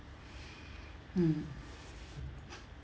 mm